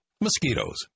mosquitoes